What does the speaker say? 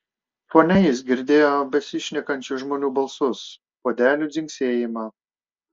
fone jis girdėjo besišnekančių žmonių balsus puodelių dzingsėjimą